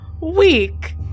Weak